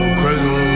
crazy